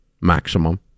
maximum